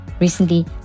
Recently